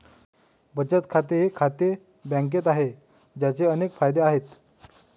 बचत खाते हे खाते बँकेत आहे, ज्याचे अनेक फायदे आहेत